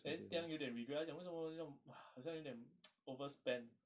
then tiang yu they regret 他讲为什么用 好像有一点 overspend